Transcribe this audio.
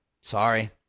Sorry